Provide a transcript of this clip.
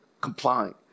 complying